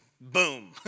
Boom